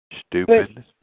Stupid